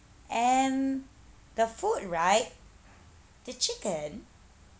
and the food right the chicken